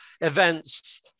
events